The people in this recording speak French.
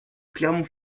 clermont